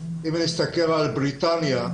אם נסתכל על בריטניה,